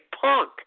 punk